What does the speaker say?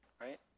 Right